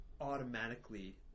automatically